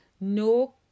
no